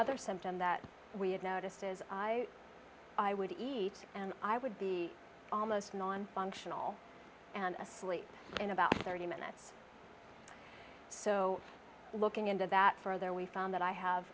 symptom that we had notices i would eat and i would be almost nonfunctional and asleep in about thirty minutes so looking into that further we found that i have